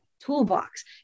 toolbox